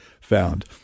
found